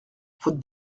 faute